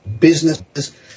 Businesses